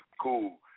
cool